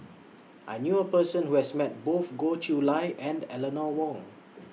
I knew A Person Who has Met Both Goh Chiew Lye and Eleanor Wong